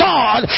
God